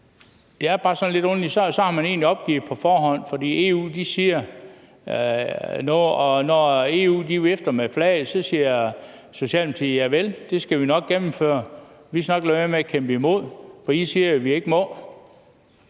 Det er bare sådan lidt underligt, at man så egentlig har opgivet på forhånd. Når EU siger noget og vifter med flaget, siger Socialdemokratiet: Javel, det skal vi nok gennemføre; vi skal nok lade være med at kæmpe imod, for I siger jo, at vi ikke må.